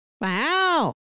Wow